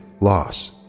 loss